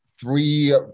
three